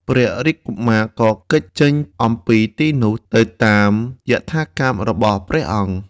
ព្រះរាជកុមារក៏គេចចេញអំពីទីនោះទៅតាមយថាកម្មរបស់ព្រះអង្គ។